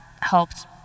helped